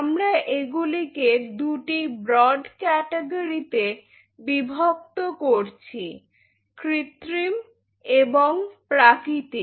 আমরা এগুলিকে দুটো ব্রড ক্যাটাগরিতে বিভক্ত করছি কৃত্রিম এবং প্রাকৃতিক